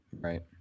Right